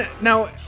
Now